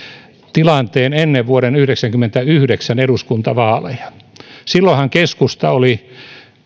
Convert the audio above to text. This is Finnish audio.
tilanteen ennen vuoden yhdeksänkymmentäyhdeksän eduskuntavaaleja silloinhan keskusta oli